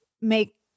make